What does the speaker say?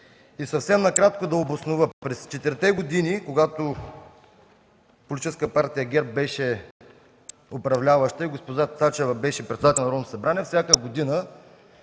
Съвсем накратко да се обоснова. През четирите години, когато Политическа партия ГЕРБ беше управляваща и госпожа Цачева беше председател на Народното събрание, всяка година